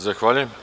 Zahvaljujem.